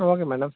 okay madam